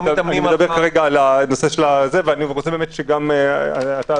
אני רוצה שגם אתה,